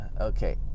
Okay